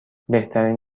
بهترین